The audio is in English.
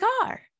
car